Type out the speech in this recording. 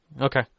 okay